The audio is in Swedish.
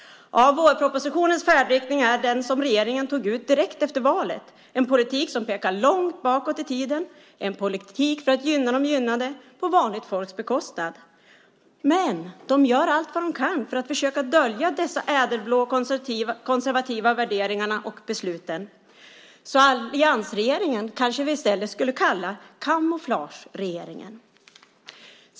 Vårpropositionens färdriktning är den som regeringen tog ut direkt efter valet, en politik som pekar långt bakåt i tiden, en politik för att gynna de gynnade på vanligt folks bekostnad. De gör dock allt vad de kan för att dölja de ädelblå och konservativa värderingarna och besluten, så vi kanske i stället skulle kalla alliansregeringen för kamouflageregeringen.